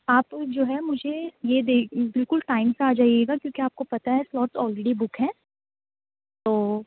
آپ جو ہے مجھے یہ بالکل ٹائم سے آ جائیے گا کیونکہ آپ کو پتا ہے سلاٹ آلریڈی بک ہیں تو